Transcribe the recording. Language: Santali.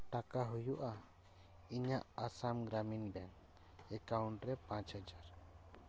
ᱴᱟᱠᱟ ᱦᱩᱭᱩᱜᱼᱟ ᱤᱧᱟᱹᱜ ᱟᱥᱟᱢ ᱜᱨᱟᱢᱤᱱ ᱵᱮᱝᱠ ᱮᱠᱟᱣᱩᱱᱴ ᱨᱮ ᱯᱟᱸᱪ ᱦᱟᱡᱟᱨ